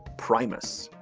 primus.